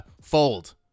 fold